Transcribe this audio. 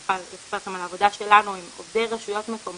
אני יכולה לספר לכם על העבודה שלנו עם עובדי רשויות מקומיות,